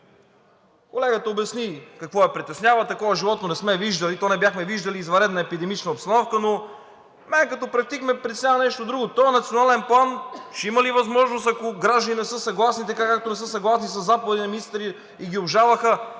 Колегата обясни какво я притеснява. Такова животно не сме виждали. То не бяхме виждали и извънредна епидемиологична обстановка, но мен като практик ме притеснява нещо друго. Този Национален план ще има ли възможност, ако граждани не са съгласни, така както не са съгласни със заповеди на министри и ги обжалваха,